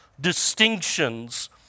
distinctions